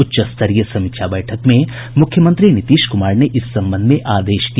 उच्च स्तरीय समीक्षा बैठक में मुख्यमंत्री नीतीश कुमार ने इस संबंध में आदेश दिया